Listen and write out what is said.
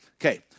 Okay